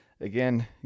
Again